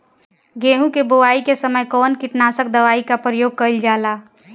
गेहूं के बोआई के समय कवन किटनाशक दवाई का प्रयोग कइल जा ला?